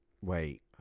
Wait